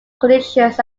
conditions